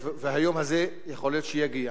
והיום הזה יכול להיות שיגיע,